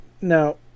Now